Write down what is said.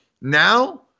Now